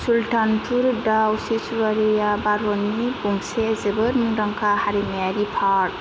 सुल्तानपुर दाव सेसुवारिआ भारतनि गंसे जोबोर मुंदांखा हारिमायारि पार्क